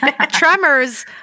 Tremors